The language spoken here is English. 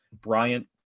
Bryant